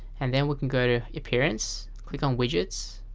and then we can go to appearance. click on widgets